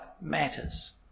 matters